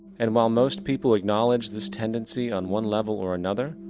and while most people acknowledge this tendency on one level or another,